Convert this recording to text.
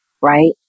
Right